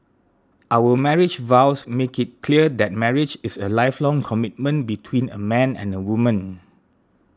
our marriage vows make it clear that marriage is a lifelong commitment between a man and a woman